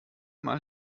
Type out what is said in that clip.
mal